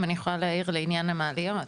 אם אני יכולה להעיר לעניין המעליות,